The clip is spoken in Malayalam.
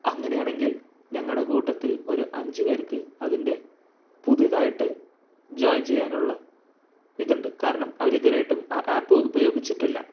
അങ്ങനെയാണെങ്കിൽ ഞങ്ങളുടെ കൂട്ടത്തിൽ ഒരു അഞ്ചു പേർക്ക് അതിൻ്റെ പുതുതായിട്ട് ജോയിൻ ചെയ്യാനുള്ള ഇതുണ്ട് കാരണം അവരിതുവരെയായിട്ടും ആ ആപ്പ് ഉപയോഗിച്ചിട്ടില്ല